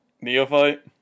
neophyte